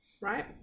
right